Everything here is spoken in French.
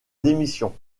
démission